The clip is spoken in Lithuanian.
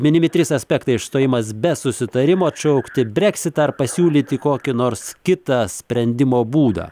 minimi trys aspektai išstojimas be susitarimo atšaukti breksitą ar pasiūlyti kokį nors kitą sprendimo būdą